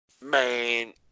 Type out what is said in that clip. Man